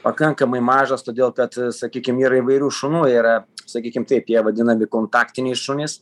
pakankamai mažas todėl kad sakykim yra įvairių šunų yra sakykim taip jie vadinami kontaktiniai šunys